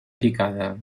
picada